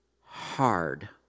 hard